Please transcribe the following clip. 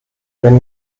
wenn